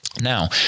now